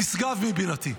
נשגב מבינתי.